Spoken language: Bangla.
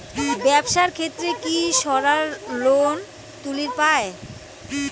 ব্যবসার ক্ষেত্রে কি সবায় লোন তুলির পায়?